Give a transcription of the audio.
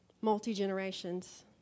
multi-generations